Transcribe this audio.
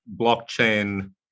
blockchain